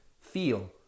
feel